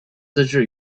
自治